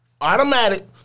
automatic